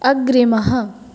अग्रिमः